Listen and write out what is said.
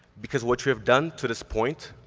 because what you have done to this point,